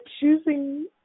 choosing